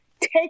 take